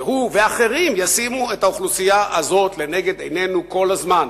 שהוא ואחרים ישימו את האוכלוסייה הזאת לנגד עינינו כל הזמן,